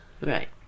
Right